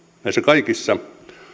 niissä kaikissa